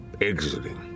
exiting